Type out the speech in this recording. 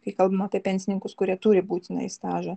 kai kalbame apie pensininkus kurie turi būtinąjį stažą